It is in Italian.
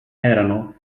erano